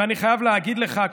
ואני חייב להגיד לך,